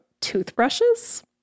toothbrushes